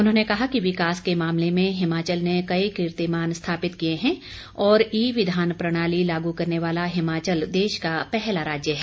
उन्होंने कहा कि विकास के मामले में हिमाचल ने कई कीर्तिमान स्थापित किए हैं और ई विधान प्रणाली लागू करने वाला हिमाचल देश का पहला राज्य है